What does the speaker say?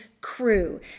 crew